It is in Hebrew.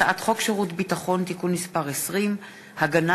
הצעת חוק שירות ביטחון (תיקון מס' 20) (הגנה